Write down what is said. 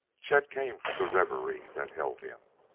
chet came from the reverie that held him.